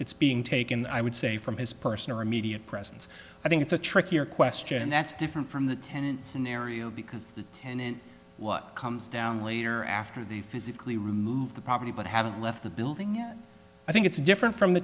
it's being taken i would say from his person or immediate presence i think it's a trickier question and that's different from the tenant scenario because the tenant what comes down later after the physically remove the property but haven't left the building yet i think it's different from the